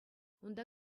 унта